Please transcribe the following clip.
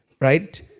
Right